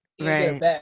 Right